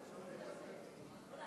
כבוד